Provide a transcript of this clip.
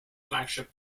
flagship